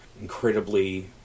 incredibly